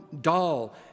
dull